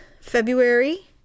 February